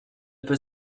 peut